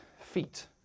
Feet